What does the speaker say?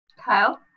Kyle